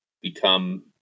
become